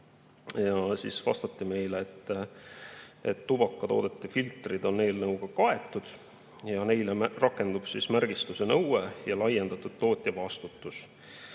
kohta. Vastati, et tubakatoodete filtrid on eelnõuga kaetud ja neile rakendub märgistuse nõue ja laiendatud tootjavastutus.